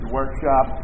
workshop